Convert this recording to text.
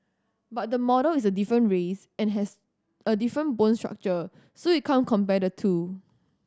but the model is a different race and has a different bone structure so you can't compare the two